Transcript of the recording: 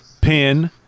Pin